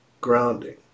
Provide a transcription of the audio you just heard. grounding